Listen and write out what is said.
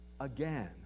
again